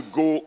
go